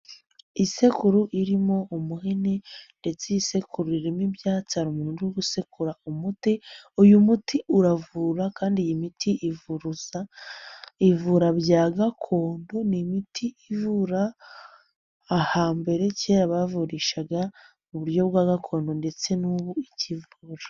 Isekuru irimo umuhini ndetse iyi sekuru irimo ibyatsi hari umururu usekura umuti. Uyu muti uravura kandi iyi miti ivuruza, ivura bya gakondo ni imiti ivura ahambere kera bavurishaga mu buryo bwa gakondo ndetse n'ubu ikivura.